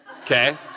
Okay